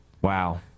Wow